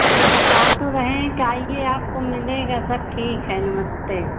अरे बता तो रहे हैं कि आइए आपको मिलेगा सब ठीक है नमस्ते